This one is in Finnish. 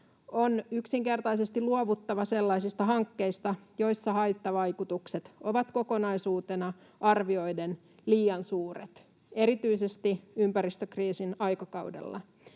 On yksinkertaisesti luovuttava sellaisista hankkeista, joissa haittavaikutukset ovat kokonaisuutena arvioiden liian suuret erityisesti ympäristökriisin aikakaudella.